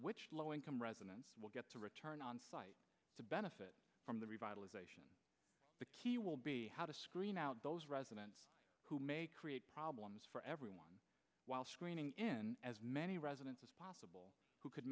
which low income residents will get to return onsite to benefit from the revitalization the key will be how to screen out those residents who may create problems for everyone while screening in as many residents as possible who could